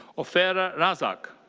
ophera razack.